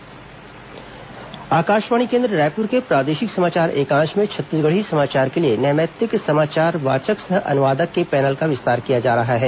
Akashvani Chhattisgarhi panel Akashvani केन्द्र रायपुर के प्रादेशिक समाचार एकांश में छत्तीसगढ़ी समाचार के लिए नैमित्तिक समाचार वाचक सह अनुवादक के पैनल का विस्तार किया जा रहा है